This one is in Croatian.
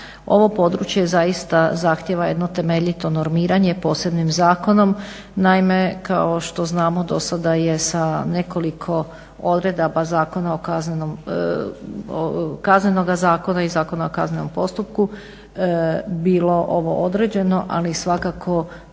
ovo područje zaista zahtijeva jedno temeljito normiranje posebnim zakonom. Naime, kao što znamo dosada je sa nekoliko odredaba Kaznenoga zakona i Zakona o kaznenom postupku bilo ovo određeno, ali svakako